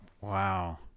Wow